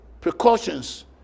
precautions